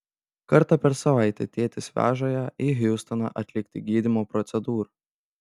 kartą per savaitę tėtis veža ją į hjustoną atlikti gydymo procedūrų